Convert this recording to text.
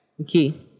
Okay